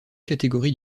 catégorie